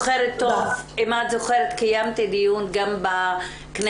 אם את זוכרת קיימתי דיון גם בכנסת